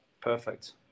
perfect